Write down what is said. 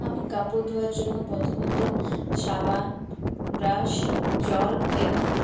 আমি কাপড় ধোয়ার জন্য প্রথমত সাবান ব্রাশ জল এবং